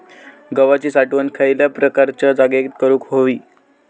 गव्हाची साठवण खयल्या प्रकारच्या जागेत करू होई?